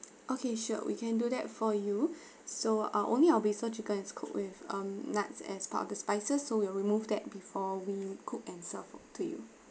okay sure we can do that for you so uh only our basil chicken is cooked with um nuts as part of the spices so we'll remove that before we cook and serve for to you